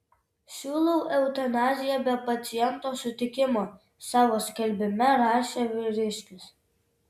siūlau eutanaziją be paciento sutikimo savo skelbime rašė vyriškis